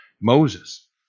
Moses